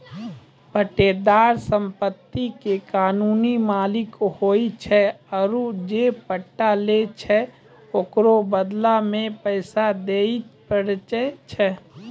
पट्टेदार सम्पति के कानूनी मालिक होय छै आरु जे पट्टा लै छै ओकरो बदला मे पैसा दिये पड़ै छै